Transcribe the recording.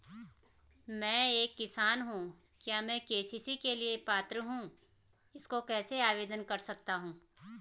मैं एक किसान हूँ क्या मैं के.सी.सी के लिए पात्र हूँ इसको कैसे आवेदन कर सकता हूँ?